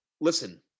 Listen